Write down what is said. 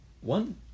one